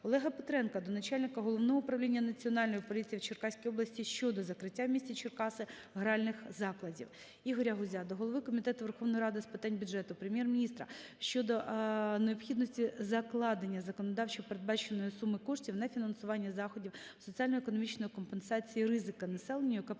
Олега Петренка до начальника Головного управління Національної поліції в Черкаській області щодо закриття в місті Черкаси гральних закладів. Ігоря Гузя до голови Комітету Верховної Ради з питань бюджету, Прем'єр-міністра щодо необхідності закладення законодавчо передбаченої суми коштів на фінансування заходів соціально-економічної компенсації ризику населенню, яке